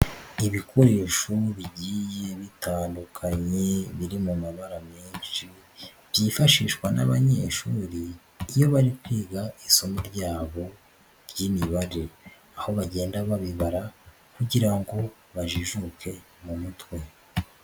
Ibikoresho bigiye bitandukanye biri mu mabara menshi byifashishwa n'abanyeshuri iyo bari kwiga isomo ryabo ry'Imibare aho bagenda babibara kugira ngo bajijuke mu mutwe.